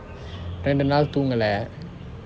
இரண்டு நாள் தூங்கலை:irandu naal thungalai